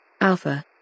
Alpha